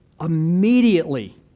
Immediately